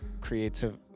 creative